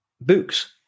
Books